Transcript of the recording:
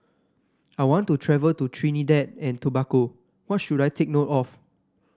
I want to travel to Trinidad and Tobago what should I take note of